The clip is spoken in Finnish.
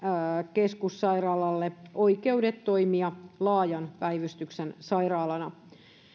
keskussairaalalle oikeudet toimia laajan päivystyksen sairaalana